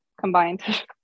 combined